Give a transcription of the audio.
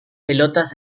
pelotas